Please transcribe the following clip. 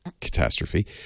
catastrophe